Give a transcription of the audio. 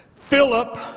Philip